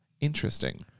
Interesting